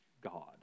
God